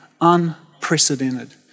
Unprecedented